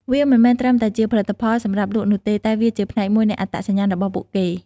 វាមិនមែនត្រឹមតែជាផលិតផលសម្រាប់លក់នោះទេ តែវាជាផ្នែកមួយនៃអត្តសញ្ញាណរបស់ពួកគេ។